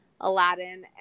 Aladdin